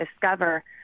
discover